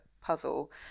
puzzle